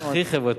הכי חברתית.